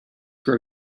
grow